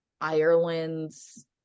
Ireland's